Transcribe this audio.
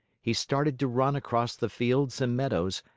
he started to run across the fields and meadows,